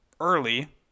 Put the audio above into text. Early